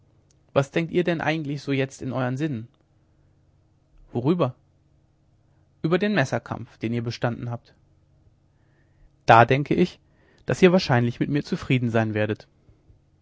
was denkt ihr denn eigentlich so jetzt in euern sinnen worüber ueber den messerkampf den ihr bestanden habt da denke ich daß ihr wahrscheinlich mit mir zufrieden sein werdet